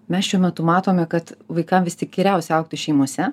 mes šiuo metu matome kad vaikam vis tik geriausia augti šeimose